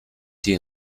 tea